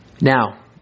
Now